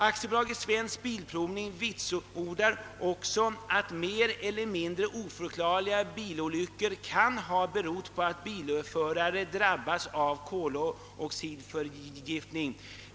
AB Svensk bilprovning vitsordar också att mer eller mindre oförklar liga bilolyckor kan ha orsakats av att bilföraren drabbats av koloxidförgiftning.